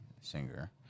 singer